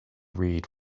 read